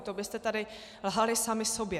To byste tady lhali sami sobě.